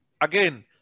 again